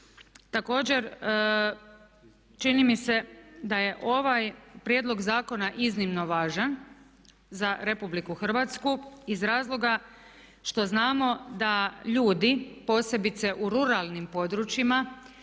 Također čini mi se da je ovaj prijedlog zakona izuzetno važan za RH iz razloga što znamo da ljudi, posebice u ruralnim područjima,